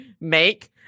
Make